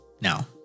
now